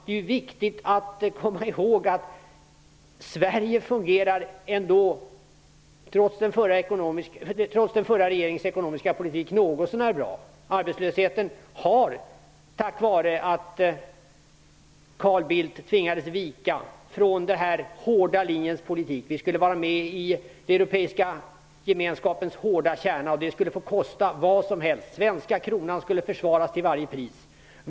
Det är viktigt att komma ihåg att Sverige ändå fungerar något så när bra, trots den förra regeringens ekonomiska politik. Arbetslösheten har minskat, tack vare att Carl Bildt tvingades vika från den hårda linjens politik. Vi skulle vara med i Europeiska gemenskapens hårda kärna. Det skulle få kosta vad som helst. Den svenska kronan skulle försvaras till varje pris.